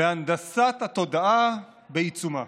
והנדסת התודעה בעיצומה.